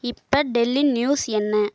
இப்போ டெல்லி நியூஸ் என்ன